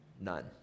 none